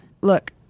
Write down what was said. look